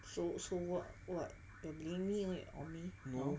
no